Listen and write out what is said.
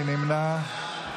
מי נמנע?